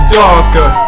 darker